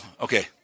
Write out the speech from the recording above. okay